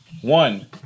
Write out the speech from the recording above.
One